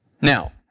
Now